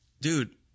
Dude